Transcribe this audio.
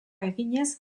eginez